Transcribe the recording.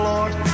Lord